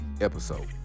episode